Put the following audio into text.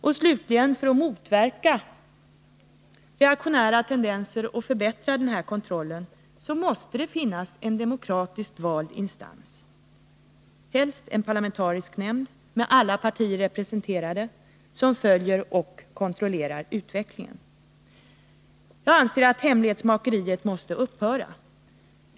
Och för att förbättra denna kontroll och motverka reaktionära tendenser måste det slutligen finnas en demokratiskt vald instans, helst en parlamentarisk nämnd, med alla partier representerade, som följer och kontrollerar utvecklingen. Jag anser att hemlighetsmakeriet måste upphöra.